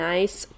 Nice